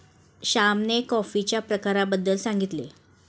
श्यामने कॉफीच्या प्रकारांबद्दल सांगितले